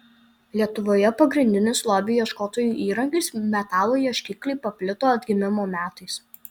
lietuvoje pagrindinis lobių ieškotojų įrankis metalo ieškikliai paplito atgimimo metais